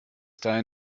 dahin